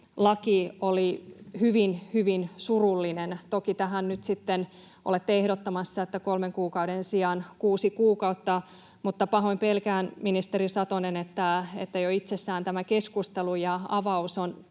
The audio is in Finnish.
oli hyvin, hyvin surullinen. Toki tähän nyt sitten olette ehdottamassa kolmen kuukauden sijaan kuutta kuukautta, mutta pahoin pelkään, ministeri Satonen, että jo itsessään tämä keskustelu ja avaus on